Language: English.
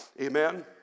Amen